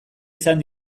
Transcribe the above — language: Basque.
izan